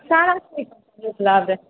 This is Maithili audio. सारा छै उपलब्ध